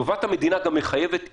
טובת המדינה גם מחייבת איזון.